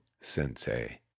Sensei